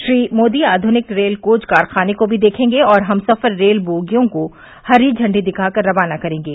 श्री मोदी आध्निक rail coach कारखाने को भी देखेंगे और हमसफर रेल बोगियों को हरी झंडी दिखाकर रवाना करेंगे